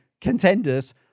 contenders